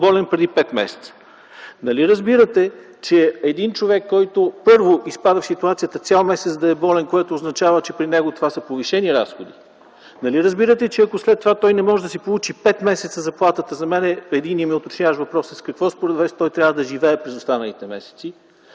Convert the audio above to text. болен преди пет месеца. Нали разбирате, че един човек, който първо изпада в ситуацията цял месец да е болен, което означава, че при него това са повишени разходи? Нали разбирате, че ако след това той не може да си получи пет месеца заплатата и единият ми уточняващ въпрос е: с какво той трябва да живее през останалите месеци?